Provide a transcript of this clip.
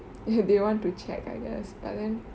they want to check I guess but then